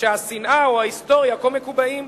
שהשנאה או ההיסטוריה כה מקובעות,